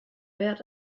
wert